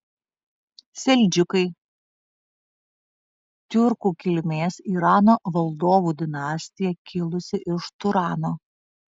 seldžiukai tiurkų kilmės irano valdovų dinastija kilusi iš turano